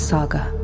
Saga